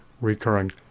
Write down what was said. recurring